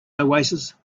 oasis